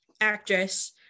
actress